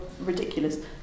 ridiculous